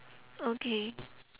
okay